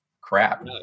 crap